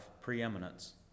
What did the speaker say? preeminence